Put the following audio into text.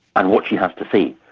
and what she has to say.